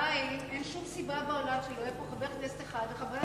עדיין אין שום סיבה בעולם שלא יהיה פה חבר כנסת אחד מחברי,